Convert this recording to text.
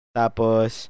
tapos